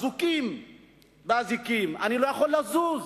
אזוקות באזיקים, אני לא יכול לזוז,